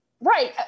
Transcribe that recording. Right